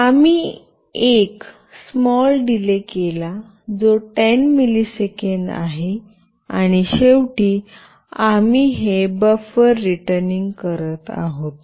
आणि आम्ही एक स्माल डीले केला जो 10 मिलिसेकंद आहे आणि शेवटी आम्ही हे बफर रिटर्निंग करत आहोत